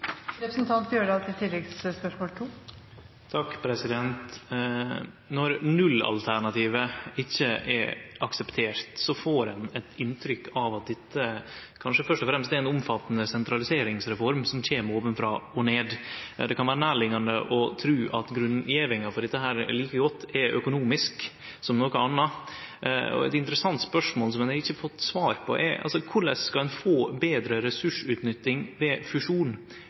Når nullalternativet ikkje er akseptert, får ein eit inntrykk av at dette kanskje først og fremst er ei omfattande sentraliseringsreform som kjem ovanfrå og ned. Det kan vere nærliggjande å tru at grunngjevinga for dette like godt er økonomisk som noko anna. Eit interessant spørsmål, som eg ikkje har fått svar på, er: Korleis skal ein få betre ressursutnytting ved fusjon